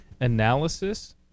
analysis